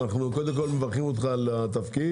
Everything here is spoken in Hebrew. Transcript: אנחנו קודם כל מברכים אותך על התפקיד.